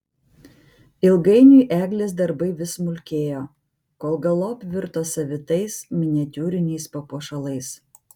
ilgainiui eglės darbai vis smulkėjo kol galop virto savitais miniatiūriniais papuošalais